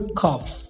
cough